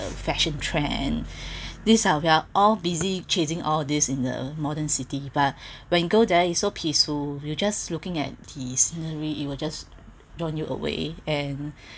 fashion trend this are we're all busy chasing all these in the modern city but when you go there you so peaceful you just looking at the scenery it will just blown you away and